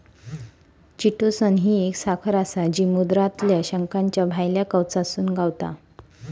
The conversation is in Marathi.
चिटोसन ही एक साखर आसा जी समुद्रातल्या शंखाच्या भायल्या कवचातसून गावता